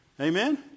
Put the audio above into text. Amen